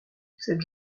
cette